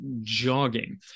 jogging